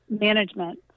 management